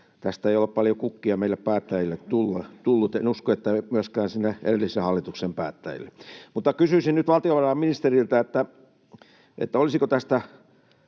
tästä ei ole paljon kukkia meille päättäjille tullut — en usko, että myöskään sinne edellisen hallituksen päättäjille. Mutta kysyisin nyt valtiovarainministeriltä: olisiko tästä